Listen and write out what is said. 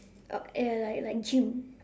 uh ya like like gym